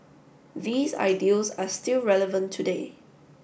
these ideals are still relevant today